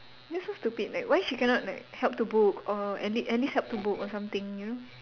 that's so stupid like why she cannot like help to book or at le~ at least help to book or something you know